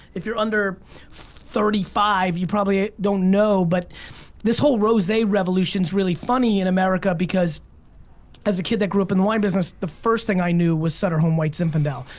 if you're under thirty five you probably don't know, but this whole rose revolution's really funny in america because as the kid that grew up in the wine business, the first thing i knew was sutter home white zinfandel,